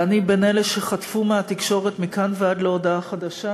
ואני בין אלה שחטפו מהתקשורת מכאן ועד הודעה חדשה,